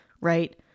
right